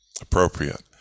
appropriate